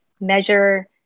measure